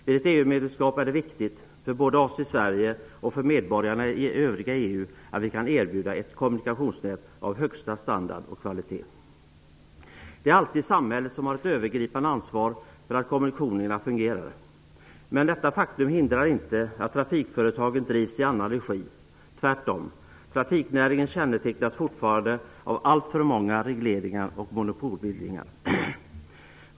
Vid ett EU-medlemskap är det viktigt för både oss i Sverige och medborgarna i övriga EU att vi kan erbjuda ett kommunikationsnät av högsta standard och kvalitet. Det är alltid samhället som har det övergripande ansvaret för att kommunikationerna fungerar. Men detta faktum hindrar inte att trafikföretagen drivs i annan regi, tvärtom. Trafiknäringen kännetecknas fortfarande av alltför många regleringar och monopolbildningar.